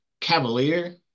cavalier